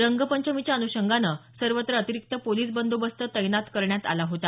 रंगपंचमीच्या अन्षंगानं सर्वत्र अतिरिक्त पोलीस बंदोबस्त तैनात करण्यात आला होता